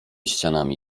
ścianami